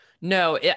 No